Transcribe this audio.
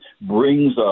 brings